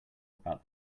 about